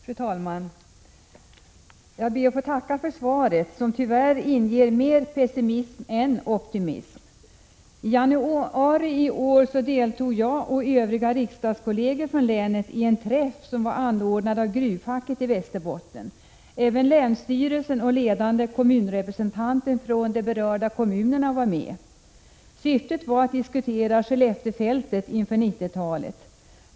Fru talman! Jag ber att få tacka för svaret, som tyvärr inger mer pessimism än optimism. I januari i år deltog jag och mina riksdagskolleger från länet i en träff anordnad av gruvfacket i Västerbotten. Även länsstyrelsen och ledande kommunrepresentanter från de berörda kommunerna var med. Syftet var att diskutera Skelleftefältet inför 1990-talet.